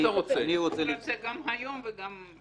הוא רוצה גם היום וגם...